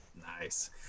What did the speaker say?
Nice